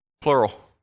plural